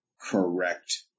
correct